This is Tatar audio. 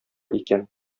икән